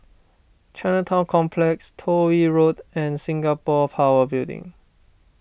Chinatown Complex Toh Yi Road and Singapore Power Building